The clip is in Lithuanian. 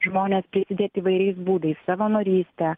žmones prisidėt įvairiais būdais savanoryste